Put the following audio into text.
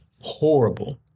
horrible